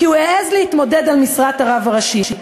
כי הוא העז להתמודד על משרת הרב הראשי.